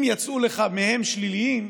אם יצאו לך מהם שליליים,